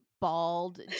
bald